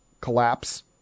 collapse